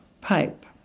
pipe